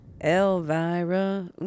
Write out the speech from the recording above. Elvira